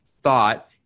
thought